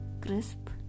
crisp